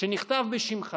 שנכתב בשמך